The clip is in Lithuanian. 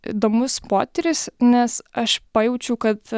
įdomus potyris nes aš pajaučiau kad